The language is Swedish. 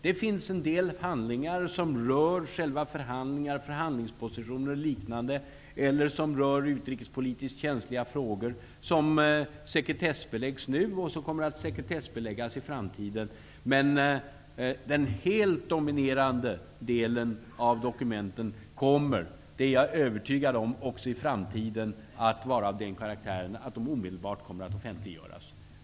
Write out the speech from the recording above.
Det finns en del handlingar som rör själva förhandlingarna, förhandlingspositioner och liknande, eller utrikespolitiskt känsliga frågor, som sekretessbeläggs nu och som kommer att sekretessbeläggas i framtiden. Men den helt dominerande delen av dokumenten kommer -- det är jag övertygad om -- också i framtiden att vara av den karaktären att de omedelbart offentliggörs.